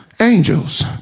angels